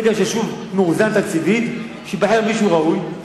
ברגע שהיישוב מאוזן תקציבית, שייבחר מישהו ראוי.